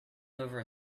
over